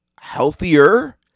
healthier